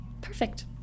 Perfect